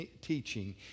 teaching